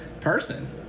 person